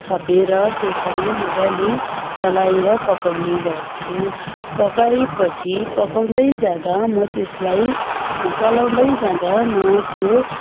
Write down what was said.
थपेर त्योसँग मजाले चलाएर पकाउने गर्छु पकाए पछि पकाउँदै जाँदा म त्यसलाई चलाउँदै जाँदा म त्यो